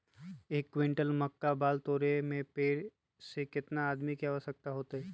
एक क्विंटल मक्का बाल तोरे में पेड़ से केतना आदमी के आवश्कता होई?